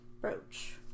brooch